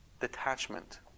detachment